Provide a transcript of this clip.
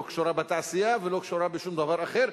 שלא קשורה בתעשייה ולא קשורה בשום דבר אחר.